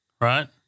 right